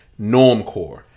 Normcore